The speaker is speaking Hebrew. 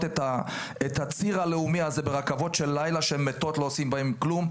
את הציר הלאומי הזה ברכבות לילה שלא עושים בהן כלום,